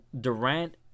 Durant